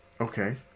okay